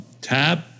tab